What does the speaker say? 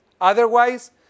Otherwise